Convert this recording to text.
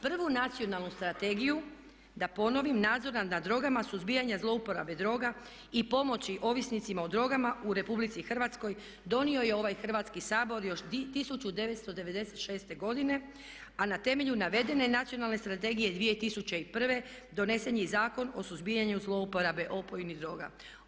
Prvu Nacionalnu strategiju da ponovim nadzor nad drogama, suzbijanja zlouporabe droga i pomoći ovisnicima o drogama u Republici Hrvatskoj donio je ovaj Hrvatski sabor još 1996. godine a na temelju navedene Nacionalne strategije 2001. donesen je i Zakon o suzbijanju zlouporabe opojnih droga.